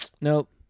nope